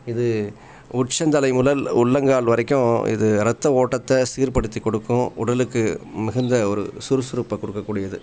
இது உச்சந்தலை முதல் உள்ளங்கால் வரைக்கும் இது ரத்த ஓட்டத்தை சீர்படுத்திக் கொடுக்கும் உடலுக்கு மிகுந்த ஒரு சுறுசுறுப்பை கொடுக்கக்கூடியது